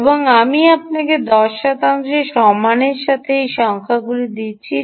এবং আমি আপনাকে 10 শতাংশ সম্মানের সাথে এই সংখ্যাগুলি দিচ্ছি